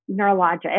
neurologic